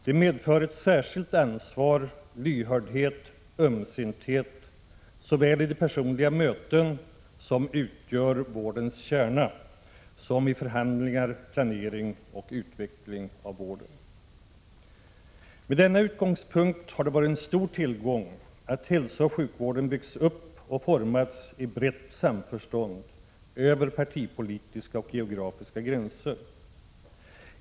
Det medför ett särskilt ansvar, lyhördhet och ömsinthet såväl i de personliga möten som utgör vårdens kärna som i förhandlingar, planering och utveckling av vården. Med denna utgångspunkt har det varit en stor tillgång att hälsooch sjukvården byggts upp och formats i brett samförstånd över partipolitiska och geografiska gränser.